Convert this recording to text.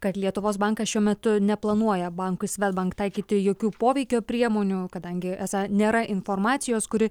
kad lietuvos bankas šiuo metu neplanuoja bankui svedbank taikyti jokių poveikio priemonių kadangi esą nėra informacijos kuri